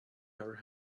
her